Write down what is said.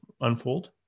unfold